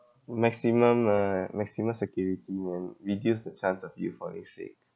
maximum uh maximum security will reduce the chance of you falling sick